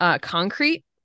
concrete